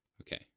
Okay